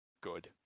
good